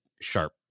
sharp